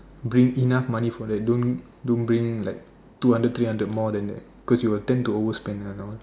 bring enough money for that don't don't bring like two hundred three hundred more than that cause you will tend to overspend and all